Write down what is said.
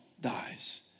dies